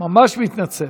ממש מתנצל.